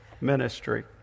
ministry